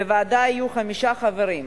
בוועדה יהיה חמישה חברים: